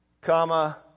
comma